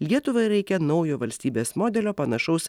lietuvai reikia naujo valstybės modelio panašaus